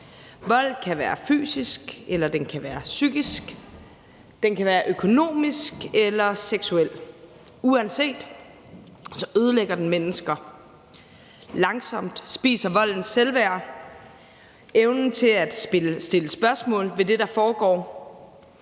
Vold kan være fysisk, eller den kan være psykisk. Den kan være økonomisk eller seksuel. Uanset hvad ødelægger den mennesker. Langsomt spiser volden selvværd og evnen til at sætte spørgsmålstegn ved det, der foregår,